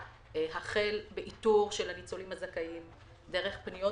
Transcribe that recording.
החל באיתור הניצולים הזכאים דרך פניות